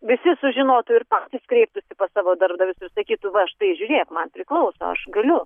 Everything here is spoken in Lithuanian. visi sužinotų ir patys kreiptųsi pas savo darbdavius ir sakytų va štai žiūrėk man priklauso aš galiu